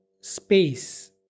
space